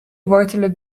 wortelen